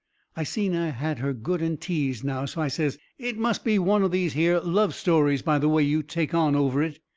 i seen i had her good and teased now, so i says it must be one of these here love stories by the way you take on over it.